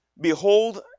Behold